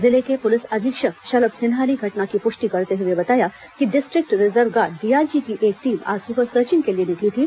जिले के पुलिस अधीक्षक शलभ सिन्हा ने घटना की पुष्टि करते हुए बताया कि डिस्ट्रिक्ट रिजर्व गार्ड डीआरजी की एक टीम आज सुबह सर्चिंग के लिए निकली थी